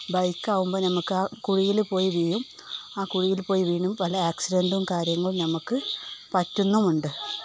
ബൈക്കാകുമ്പോള് നമ്മള് ആ കുഴിയില് പോയി വീഴും ആ കുഴിയിൽ പോയി വീണും പല ആക്സിഡൻറ്റും കാര്യങ്ങളും നമുക്ക് പറ്റുന്നുമുണ്ട്